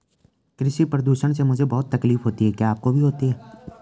कृषि प्रदूषण से मुझे बहुत तकलीफ होती है क्या आपको भी होती है